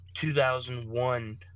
2001